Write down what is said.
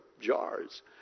jars